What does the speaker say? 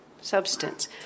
substance